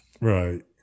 Right